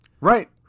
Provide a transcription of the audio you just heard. Right